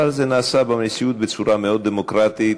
אבל זה נעשה במציאות בצורה מאוד דמוקרטית,